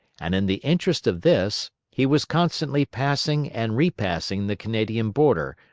and in the interest of this he was constantly passing and re passing the canadian border,